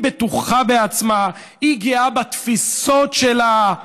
היא בטוחה בעצמה, היא גאה בתפיסות שלה.